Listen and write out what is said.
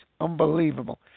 Unbelievable